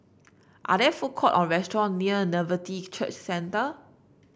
are there food court or restaurant near Nativity Church Center